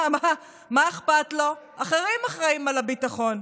מה אכפת לו, אחרים אחראים על הביטחון.